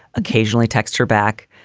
occasionally, text her back,